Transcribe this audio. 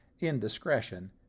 indiscretion